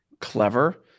clever